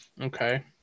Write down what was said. Okay